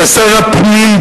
ושר הפנים,